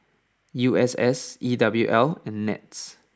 U S S E W L and Nets